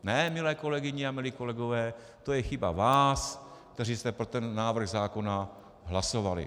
Ne, milé kolegyně a milí kolegové, to je chyba vás, kteří jste pro ten návrh zákona hlasovali!